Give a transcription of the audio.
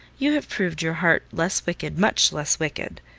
you have proved your heart less wicked, much less wicked.